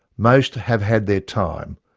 most have had their time,